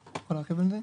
אתה יכול להרחיב על זה?